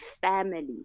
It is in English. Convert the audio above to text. family